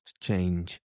change